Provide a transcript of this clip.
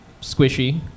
squishy